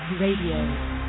Radio